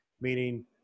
meaning